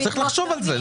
צריך לחשוב על זה.